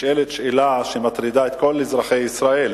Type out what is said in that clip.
נשאלת שאלה שמטרידה את כל אזרחי ישראל: